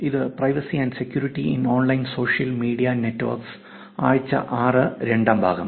ഇത് privacy and security in online social media networks ആഴ്ച 6 രണ്ടാം ഭാഗം